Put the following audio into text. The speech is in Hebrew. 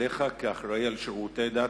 אליך כממונה על שירותי דת,